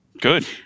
Good